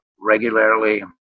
regularly